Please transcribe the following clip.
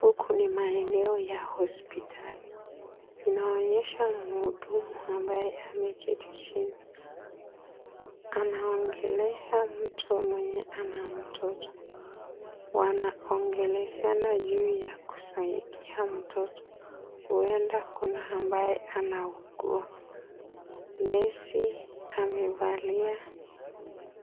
Huku ni maeneo ya hospitali. Inaonyesha mhudumu ambaye ameketi chini. Anaongelea mtu mwenye ana mtoto. Wanaongeleshana juu ya kusaidia mtoto. Huenda kuna ambaye anaugua. Nesi amevalia